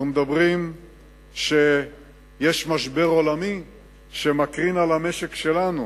אנחנו מדברים שיש משבר עולמי שמקרין על המשק שלנו